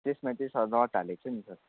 त्यसमा चाहिँ रड होलेक छ नि सर